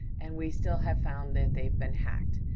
and we still have found that they've been hacked.